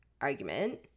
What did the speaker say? argument